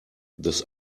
dass